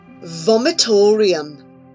Vomitorium